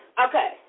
Okay